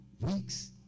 weeks